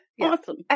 awesome